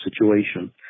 situation